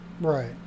right